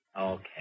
Okay